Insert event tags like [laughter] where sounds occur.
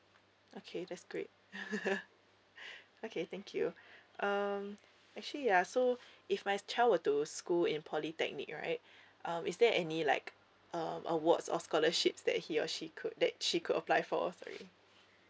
okay that's great [laughs] okay thank you um actually ya so if my child were to school in polytechnic right um is there any like um awards or scholarships that he or she could that she could apply for sorry